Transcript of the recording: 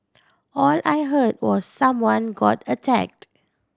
all I heard was someone got attacked